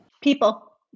People